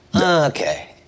Okay